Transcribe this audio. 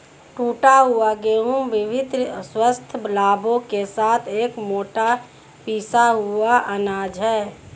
टूटा हुआ गेहूं विभिन्न स्वास्थ्य लाभों के साथ एक मोटा पिसा हुआ अनाज है